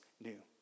new